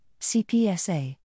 CPSA